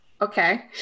Okay